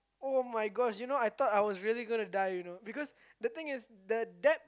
[oh]-my-God you know I thought I was really going to die you know because the thing is the depth